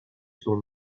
son